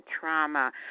trauma